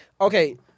Okay